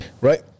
right